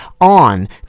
on